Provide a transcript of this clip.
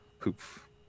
poof